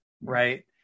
right